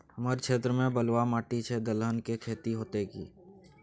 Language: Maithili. हमर क्षेत्र में बलुआ माटी छै, दलहन के खेती होतै कि?